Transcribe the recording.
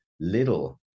little